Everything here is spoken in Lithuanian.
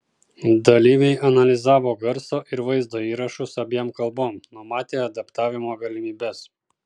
dalyviai analizavo garso ir vaizdo įrašus abiem kalbom numatė adaptavimo galimybes